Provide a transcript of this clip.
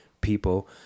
people